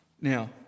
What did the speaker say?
Now